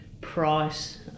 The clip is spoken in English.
price